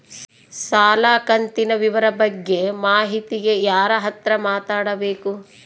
ಸಾಲ ಕಂತಿನ ವಿವರ ಬಗ್ಗೆ ಮಾಹಿತಿಗೆ ಯಾರ ಹತ್ರ ಮಾತಾಡಬೇಕು?